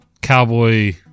cowboy